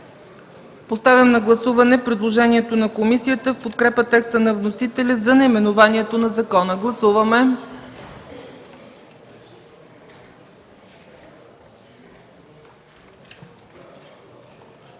Поставям на гласуване предложението на комисията в подкрепа текста на вносителя за наименованието на закона. Гласували